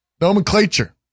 Nomenclature